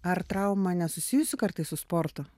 ar trauma nesusijusi kartais su sportu